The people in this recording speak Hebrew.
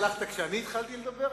שאני צריך לכן הלכת כשאני התחלתי לדבר,